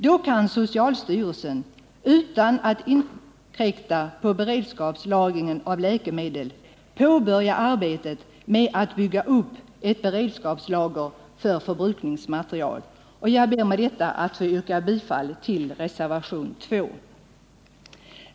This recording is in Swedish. Då kan socialstyrelsen, utan att inskränka på beredskapslagringen av läkemedel, påbörja arbetet med att bygga upp ett beredskapslager för förbrukningsmateriel. Jag ber med detta att få yrka bifall till reservationen 2.